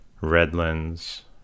Redlands